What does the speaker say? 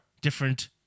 different